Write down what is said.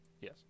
Yes